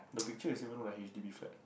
the picture you send me look like h_d_b flat